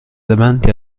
davanti